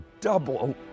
double